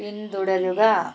പിന്തുടരുക